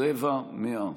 רבע מאה.